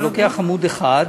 אני לוקח עמוד אחד: